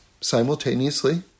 simultaneously